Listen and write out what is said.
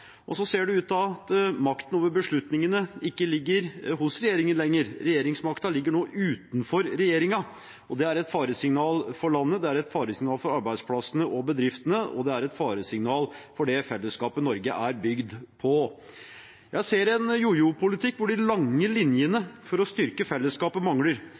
Det ser også ut til at makten over beslutningene ikke ligger hos regjeringen lenger. Regjeringsmakten ligger nå utenfor regjeringen. Det er et faresignal for landet, det er et faresignal for arbeidsplassene og bedriftene, og det er et faresignal for det fellesskapet Norge er bygd på. Jeg ser en jojopolitikk hvor de lange linjene for å styrke fellesskapet mangler.